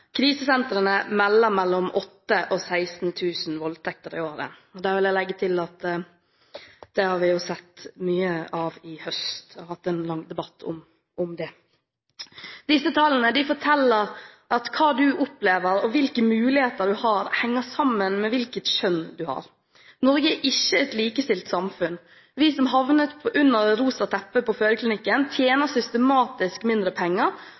krisesentrene melder om mellom 8 000 og 16 000 voldtekter i året. Der vil jeg legge til at det har vi sett mye av i høst, og hatt en lang debatt om det. Disse tallene forteller at hva du opplever, og hvilke muligheter du har, henger sammen med hvilket kjønn du har. Norge er ikke et likestilt samfunn. Vi som havnet under det rosa teppet på fødeklinikken, tjener systematisk mindre penger